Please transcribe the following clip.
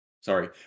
sorry